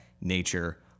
nature